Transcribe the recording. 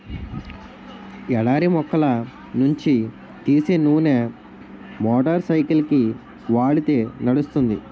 ఎడారి మొక్కల నుంచి తీసే నూనె మోటార్ సైకిల్కి వాడితే నడుస్తుంది